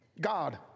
God